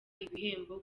ibihembo